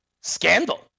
scandal